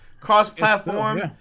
cross-platform